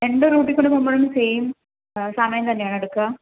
രണ്ട് റൂട്ടിൽ കൂടെ പോകുമ്പോഴും സൈം സമയം തന്നെയാണോ എടുക്കുക